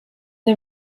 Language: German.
the